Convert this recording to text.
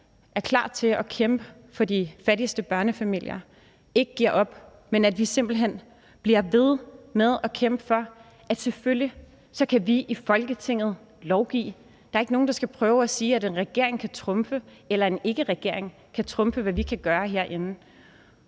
er klar til at kæmpe for de fattigste børnefamilier, ikke giver op, men at vi simpelt hen bliver ved med at kæmpe for, at vi i Folketinget selvfølgelig kan lovgive. Der er ikke nogen, der skal prøve at sige, at en regering eller en ikkeregering kan trumfe, hvad vi kan gøre herinde.